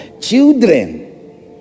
children